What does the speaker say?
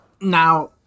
Now